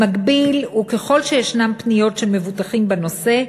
במקביל, וככל שיש פניות של מבוטחים בנושא,